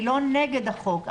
אני לא נגד החוק.